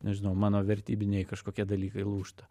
nežinau mano vertybiniai kažkokie dalykai lūžta